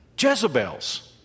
Jezebel's